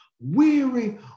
weary